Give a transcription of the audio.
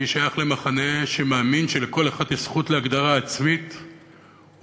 אני שייך למחנה שמאמין שלכל אחד יש זכות להגדרה עצמית ולמדינה.